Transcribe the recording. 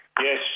yes